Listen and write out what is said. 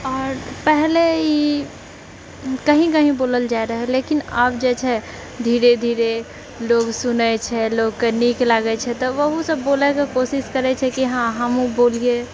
आओर पहले ई कही कहिी बोलल जाइ रहै लेकिन आब जेछै धीरे धीरे लोक सुनै छै लोकके नीक लागै छै तऽ ओहो सभ बोलैके कोशिश करै छै कि हँ हमहुँ बोलियै